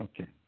okay